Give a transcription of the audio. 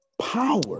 power